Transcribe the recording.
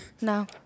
No